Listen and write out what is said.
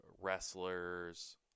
wrestlers